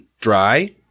dry